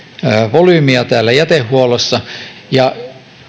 volyymiä täällä jätehuollossa ja